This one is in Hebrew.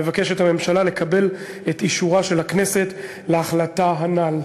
מבקשת הממשלה לקבל את אישורה של הכנסת להחלטה הנ"ל.